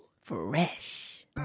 fresh